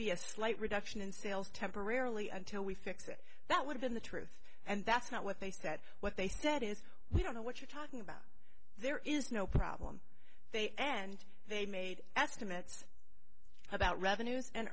be a slight reduction in sales temporarily until we think that would have been the truth and that's not what they said what they said is we don't know what you're talking about there is no problem they and they made ask the max about revenues and